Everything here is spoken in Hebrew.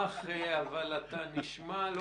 אני רוצה להתייחס.